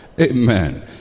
Amen